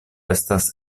estas